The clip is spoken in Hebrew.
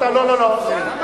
נכון.